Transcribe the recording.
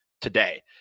today